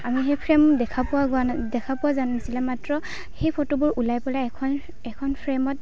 আমি সেই ফ্ৰেম দেখা পোৱা দেখা পোৱা যোৱা নাছিলে মাত্ৰ সেই ফটোবোৰ ওলাই পেলাই এখন এখন ফ্ৰেমত